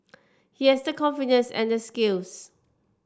he has the confidence and the skills